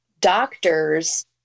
doctors